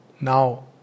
Now